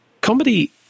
comedy